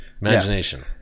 imagination